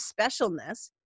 specialness